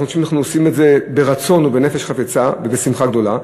אנחנו עושים את זה ברצון, בנפש חפצה ובשמחה גדולה.